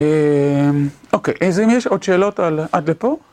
אוקיי, אז אם יש עוד שאלות עד לפה?